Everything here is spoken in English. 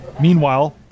Meanwhile